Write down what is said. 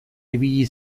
ibili